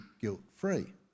guilt-free